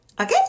Okay